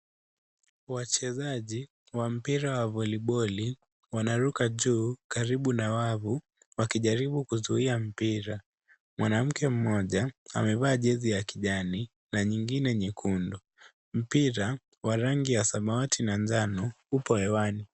Wachezaji wa mpira wa voliboli, wanaruka juu karibu na wavu wakijaribu kuzuia mpira. Mwanamke mmoja, amevaa jesi ya kijani na nyingine nyekundu, mpira wa rangi ya samawati na njano upo hewani.